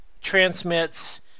transmits